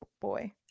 boy